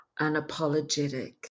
unapologetic